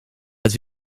het